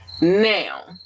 Now